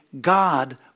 God